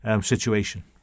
situation